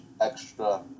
extra